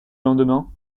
lendemain